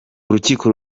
urukiko